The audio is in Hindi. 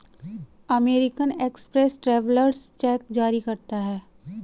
अमेरिकन एक्सप्रेस ट्रेवेलर्स चेक जारी करता है